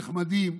נחמדים,